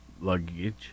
luggage